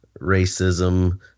racism